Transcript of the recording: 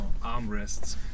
armrests